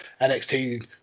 NXT